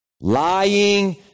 Lying